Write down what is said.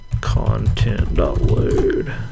content.load